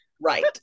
Right